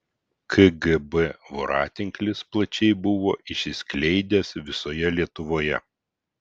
kgb voratinklis plačiai buvo išsiskleidęs visoje lietuvoje